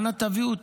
אנא תביאו אותו.